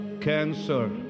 Cancer